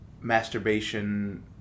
masturbation